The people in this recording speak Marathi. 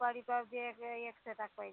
सुपारी पाहिजे एक छटाक पाहिजे